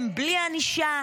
הם בלי ענישה,